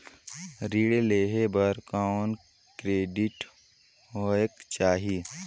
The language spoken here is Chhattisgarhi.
ऋण लेहे बर कौन क्रेडिट होयक चाही?